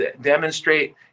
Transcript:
demonstrate